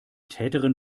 täterin